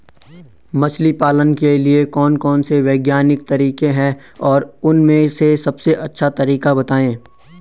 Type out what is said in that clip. मछली पालन के लिए कौन कौन से वैज्ञानिक तरीके हैं और उन में से सबसे अच्छा तरीका बतायें?